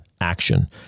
action